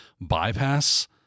bypass